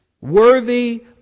Worthy